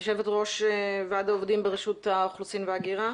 יושבת-ראש ועד העובדים ברשות האוכלוסין וההגירה?